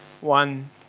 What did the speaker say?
One